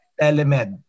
telemed